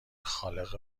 خالق